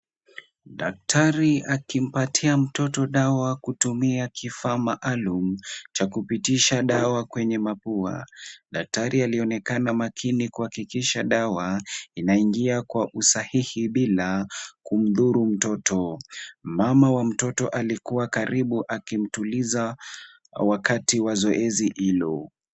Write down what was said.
Daktari akimpatia mtoto dawa kutumia kifaa maalum cha kupitisha dawa kwenye mapua. Daktari alionekana makini kuhakikisha dawa inaingia kwa usahihi bila kumdhuru mtoto. Mama wa mtoto alikuwa karibu akimtuliza wakati wa zoezi hilo.